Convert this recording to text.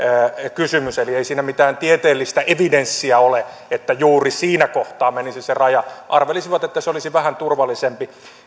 kysymys eli ei siinä mitään tieteellistä evidenssiä ole että juuri siinä kohtaa menisi se raja arvelisivat että se olisi vähän turvallisempi